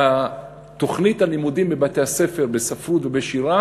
בתוכנית הלימודים בבתי-הספר בספרות ובשירה